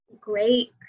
great